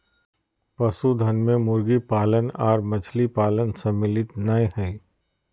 पशुधन मे मुर्गी पालन आर मछली पालन सम्मिलित नै हई